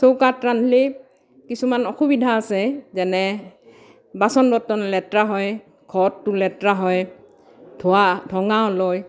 চৌকাত ৰান্ধিলে কিছুমান অসুবিধা আছে যেনে বাচন বৰ্তন লেতৰা হয় ঘৰটো লেতৰা হয় ধোঁৱা ধোঁঙা ওলায়